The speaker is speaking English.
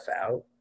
out